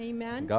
Amen